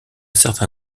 certain